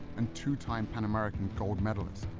and two time pan-american gold medalist.